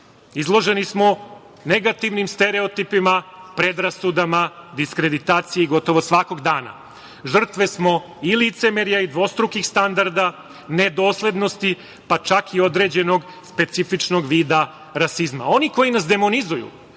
Izloženi smo negativnim stereotipima, predrasudama, diskreditaciji gotovo svakog dana. Žrtve smo i licemerja i dvostrukih standarda, nedoslednosti, pa čak i određenog specifičnog vida rasizma. Oni koji nas demonizuju,